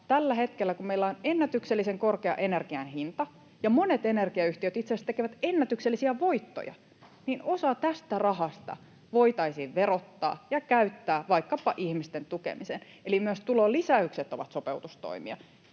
tällä hetkellä, kun meillä on ennätyksellisen korkea energian hinta ja monet energiayhtiöt itse asiassa tekevät ennätyksellisiä voittoja, osa tästä rahasta voitaisiin verottaa ja käyttää vaikkapa ihmisten tukemiseen. Eli myös tulolisäykset ovat sopeutustoimia.